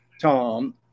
Tom